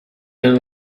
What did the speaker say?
been